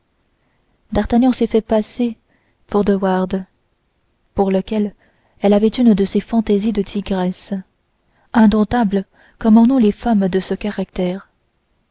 d'artagnan s'est fait passer pour de wardes pour lequel elle avait une de ces fantaisies de tigresse indomptables comme en ont les femmes de ce caractère